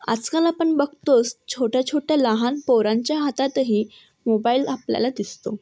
आजकाल आपण बघतोस छोट्या छोट्या लहान पोरांच्या हातातही मोबाईल आपल्याला दिसतो